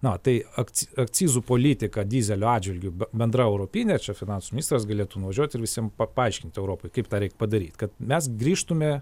na tai akci akcizų politika dyzelio atžvilgiu bendra europinė čia finansų ministras galėtų nuvažiuot ir visiems pa paaiškint europai kaip tą reik padaryti kad mes grįžtume